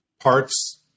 parts